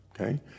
okay